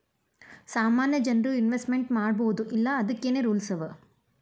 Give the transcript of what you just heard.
ಸಾಮಾನ್ಯ ಜನ್ರು ಇನ್ವೆಸ್ಟ್ಮೆಂಟ್ ಮಾಡ್ಬೊದೋ ಇಲ್ಲಾ ಅದಕ್ಕೇನ್ ರೂಲ್ಸವ?